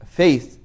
faith